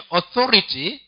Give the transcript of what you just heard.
authority